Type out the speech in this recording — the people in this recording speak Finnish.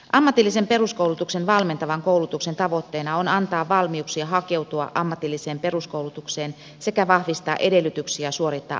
ammatillisen peruskoulutuksen valmentavan koulutuksen tavoitteena on antaa valmiuksia hakeutua ammatilliseen peruskoulutukseen sekä vahvistaa edellytyksiä suorittaa ammatillinen perustutkinto